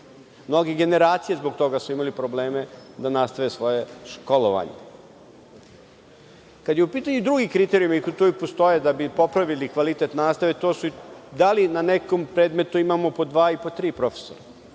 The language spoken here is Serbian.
Mnoge generacije zbog toga su imale problema da nastave svoje školovanje. Kada su u pitanju drugi kriterijumi, koji postoje da bi popravili kvalitet nastave, to su dali na nekom predmetu imamo po dva ili tri profesora.